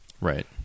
right